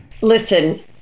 Listen